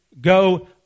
go